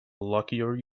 luckier